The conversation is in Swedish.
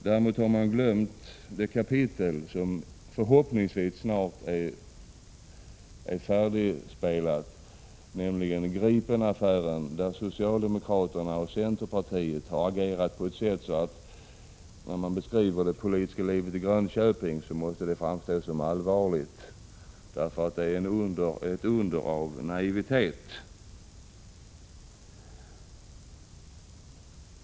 Däremot har man glömt det kapitel som förhoppningsvis snart är överspelat, nämligen Gripenaffären, där socialdemokraterna och centerpartiet har agerat på ett sådant sätt att när man beskriver det politiska livet i Grönköping måste det framstå som allvarligt, eftersom denna affär är ett under av naivitet.